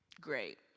great